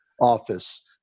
office